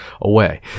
away